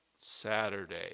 Saturday